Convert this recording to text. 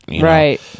right